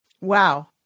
Wow